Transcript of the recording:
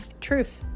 Truth